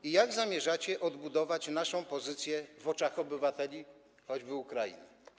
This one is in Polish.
I jak zamierzacie odbudować naszą pozycję w oczach obywateli choćby Ukrainy?